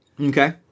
Okay